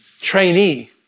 trainee